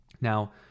Now